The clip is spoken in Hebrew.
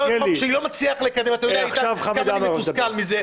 עכשיו חמד עמאר מדבר.